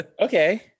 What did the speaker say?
okay